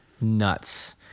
nuts